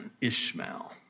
Ishmael